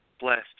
blessed